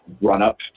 run-up